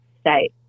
state